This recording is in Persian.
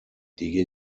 دیگه